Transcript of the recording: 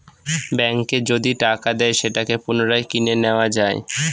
ব্যাঙ্কে যদি টাকা দেয় সেটাকে পুনরায় কিনে নেত্তয়া যায়